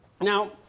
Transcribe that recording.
now